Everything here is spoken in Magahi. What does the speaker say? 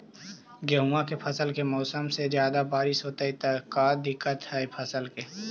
गेहुआ के फसल के मौसम में ज्यादा बारिश होतई त का दिक्कत हैं फसल के?